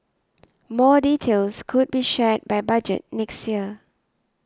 more details could be shared by Budget next year